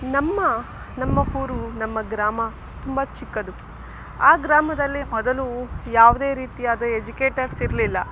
ನಮ್ಮ ನಮ್ಮ ಹೂರು ನಮ್ಮ ಗ್ರಾಮ ತುಂಬ ಚಿಕ್ಕದು ಆ ಗ್ರಾಮದಲ್ಲಿ ಮೊದಲು ಯಾವುದೇ ರೀತಿಯಾದ ಎಜುಕೇಟರ್ಸ್ ಇರಲಿಲ್ಲ